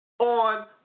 on